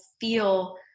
feel